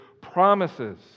promises